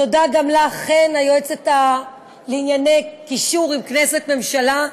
תודה גם לך, חן, היועצת לענייני קישור כנסת ממשלה.